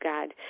God